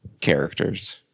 characters